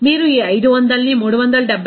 మీరు ఈ 500ని 374